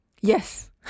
Yes